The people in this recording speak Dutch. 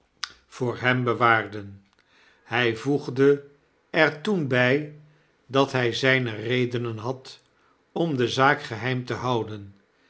huur hem bewaarden hy voegde er toen by dat hy zpe redenen had om de zaak geheim te houden